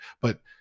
But-